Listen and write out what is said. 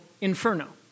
Inferno